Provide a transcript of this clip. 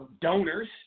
donors